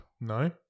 no